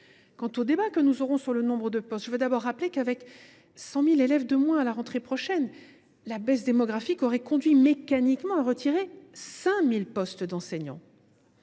Quant au débat que nous aurons sur le nombre de postes, je tiens à rappeler que nous compterons 100 000 élèves de moins à la rentrée prochaine. Cette baisse démographique aurait conduit mécaniquement à supprimer 5 000 postes d’enseignants.